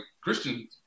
Christian